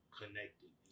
connected